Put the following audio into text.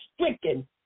stricken